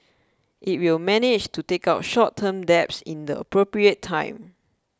it will manage to take out short term debts in the appropriate time